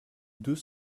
deux